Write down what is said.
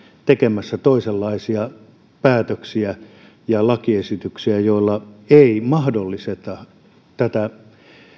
tekemässä toisenlaisia päätöksiä ja lakiesityksiä joilla ei mahdollisteta tätä